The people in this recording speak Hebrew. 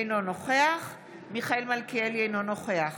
אינו נוכח מיכאל מלכיאלי, אינו נוכח